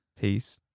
Peace